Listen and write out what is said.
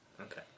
Okay